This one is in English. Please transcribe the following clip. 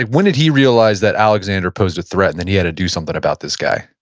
when did he realize that alexander posed a threat and then he had to do something about this guy?